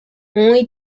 only